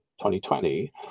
2020